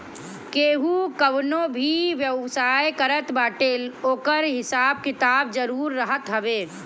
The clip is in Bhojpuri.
केहू कवनो भी व्यवसाय करत बाटे ओकर हिसाब किताब जरुर रखत हवे